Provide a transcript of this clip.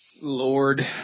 Lord